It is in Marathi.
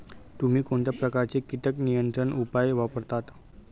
तुम्ही कोणत्या प्रकारचे कीटक नियंत्रण उपाय वापरता?